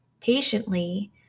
patiently